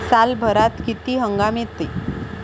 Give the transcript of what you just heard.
सालभरात किती हंगाम येते?